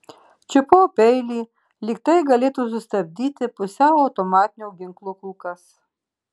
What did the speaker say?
čiupau peilį lyg tai galėtų sustabdyti pusiau automatinio ginklo kulkas